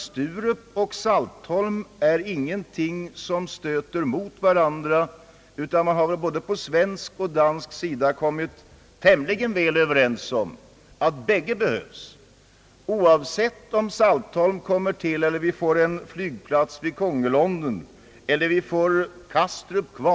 Sturup och Saltholm är nämligen inte två alternativ som stöter mot varandra, ty man har både på svensk och dansk sida kommit tämligen väl överens om att båda flygplatserna behövs, oavsett om Saltholmsprojektet förverkligas eller vi får en flygplats vid Kongelunden eller om Kastrup blir kvar.